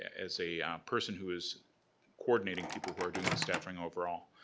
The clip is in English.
as a person who is co-coordinating people who are doing the staffing overall.